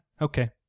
okay